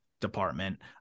department